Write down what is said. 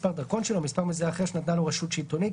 מספר דרכון שלו או מספר מזהה אחר שנתנה לו רשות שלטונית,